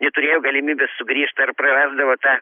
neturėjo galimybės sugrįžt ar prarasdavo tą